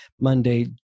Monday